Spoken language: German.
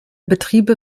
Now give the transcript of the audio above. betriebe